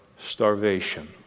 starvation